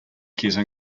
chiesa